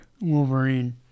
Wolverine